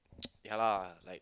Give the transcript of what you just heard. ya lah like